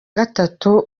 gatatu